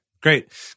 great